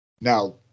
Now